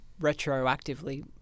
retroactively